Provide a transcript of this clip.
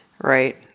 Right